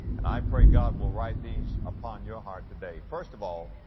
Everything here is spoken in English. and i pray god will write these upon your heart today. first of all,